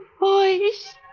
Voice